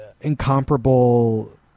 incomparable